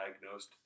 diagnosed